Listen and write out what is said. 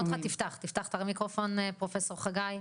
תודה רבה, גברתי יושבת הראש.